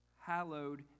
Hallowed